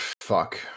fuck